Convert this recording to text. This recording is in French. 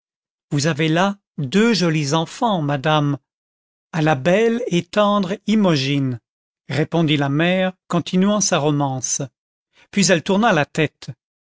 vous avez là deux jolis enfants madame répondit la mère continuant sa romance à la belle et tendre imogine répondit la mère continuant sa romance puis elle tourna la tête